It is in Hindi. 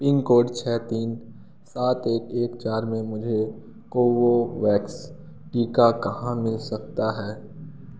पिन कोड छः तीन सात एक एक चार में मुझे कोवोवैक्स टीका कहाँ मिल सकता है